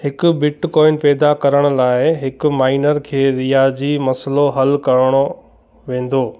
हिकु बिटकॉइन पैदा करण लाइ हिक माइनर खे रियाजी मसइलो हल करिणो वेंदो